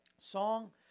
song